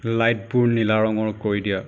লাইটবোৰ নীলা ৰঙৰ কৰি দিয়া